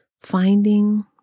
finding